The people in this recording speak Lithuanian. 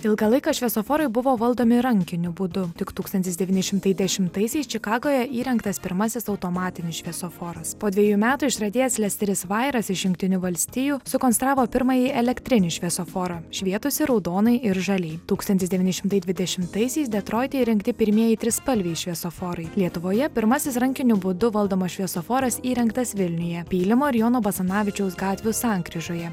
ilgą laiką šviesoforai buvo valdomi rankiniu būdu tik tūkstantis devyni šimtai dešimtaisiais čikagoje įrengtas pirmasis automatinis šviesoforas po dvejų metų išradėjas lesteris vairas iš jungtinių valstijų sukonstravo pirmąjį elektrinį šviesoforą švietusį raudonai ir žaliai tūkstantis devyni šimtai dvidešimtaisiais detroite įrengti pirmieji trispalviai šviesoforai lietuvoje pirmasis rankiniu būdu valdomas šviesoforas įrengtas vilniuje pylimo ir jono basanavičiaus gatvių sankryžoje